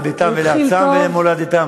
לביתם, לארצם ולמולדתם.